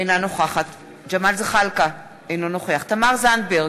אינה נוכחת ג'מאל זחאלקה, אינו נוכח תמר זנדברג,